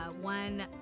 One